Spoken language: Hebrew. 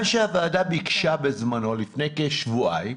מה שהוועדה ביקשה בזמנו לפני כשבועיים,